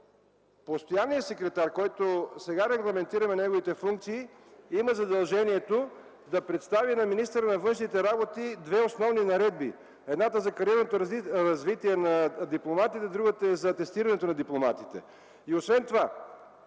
постоянният секретар, на когото сега регламентираме функциите, има задължението да представи на министъра на външните работи две основни наредби – едната е за кариерното развитие на дипломатите, а другата – за атестирането на дипломатите. Освен това